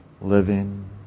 living